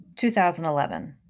2011